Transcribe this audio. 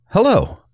Hello